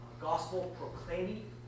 gospel-proclaiming